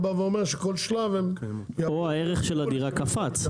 בא ואומר שכל שלב --- פה הערך של הדירה קפץ.